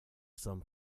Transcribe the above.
some